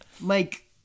Mike